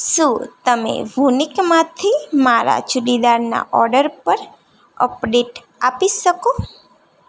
શું તમે વૂનિકમાંથી મારા ચૂડીદારના ઓર્ડર પર અપડેટ આપી શકો